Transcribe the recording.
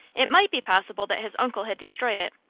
it might be possible that his uncle had destroyed it,